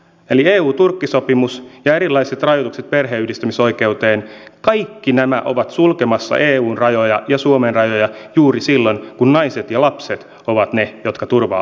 eli euturkki sopimus ja erilaiset rajoitukset perheenyhdistämisoikeuteen ovat kaikki sulkemassa eun rajoja ja suomen rajoja juuri silloin kun naiset ja lapset ovat niitä jotka turvaa hakevat